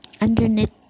underneath